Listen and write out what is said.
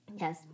yes